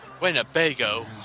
Winnebago